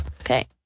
Okay